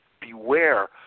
beware